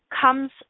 comes